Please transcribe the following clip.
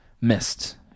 missed